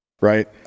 Right